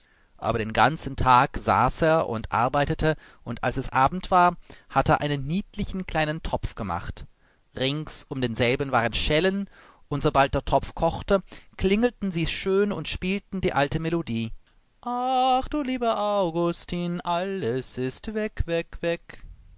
aber den ganzen tag saß er und arbeitete und als es abend war hatte er einen niedlichen kleinen topf gemacht rings um denselben waren schellen und sobald der topf kochte klingelten sie schön und spielten die alte melodie ach du lieber augustin alles ist weg weg weg